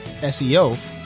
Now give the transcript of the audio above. SEO